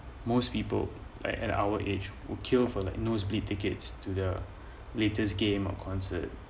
most people like at our age will kill for like nosebleed tickets to the latest game or concert